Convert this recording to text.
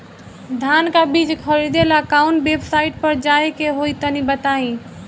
धान का बीज खरीदे ला काउन वेबसाइट पर जाए के होई तनि बताई?